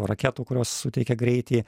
raketų kurios suteikia greitį